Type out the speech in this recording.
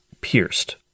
pierced